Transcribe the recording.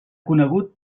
conegut